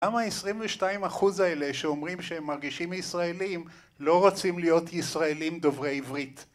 למה 22% האלה שאומרים שהם מרגישים ישראלים, לא רוצים להיות ישראלים דוברי עברית?